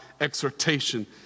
exhortation